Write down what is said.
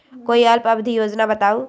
कोई अल्प अवधि योजना बताऊ?